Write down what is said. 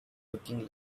looking